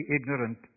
ignorant